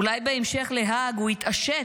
אולי בהמשך להאג הוא התעשת,